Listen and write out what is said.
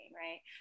right